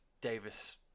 davis